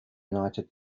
united